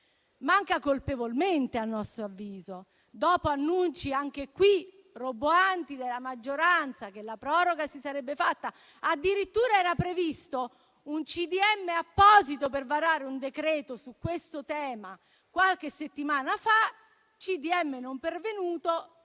manca colpevolmente, a nostro avviso, dopo annunci anche qui roboanti della maggioranza che la proroga si sarebbe fatta. Addirittura era previsto un Consiglio dei ministri apposito per varare un decreto su questo tema qualche settimana fa. Il Consiglio